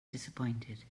disappointed